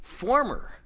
former